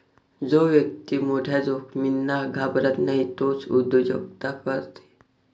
जो व्यक्ती मोठ्या जोखमींना घाबरत नाही तोच उद्योजकता करते